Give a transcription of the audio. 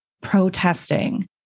protesting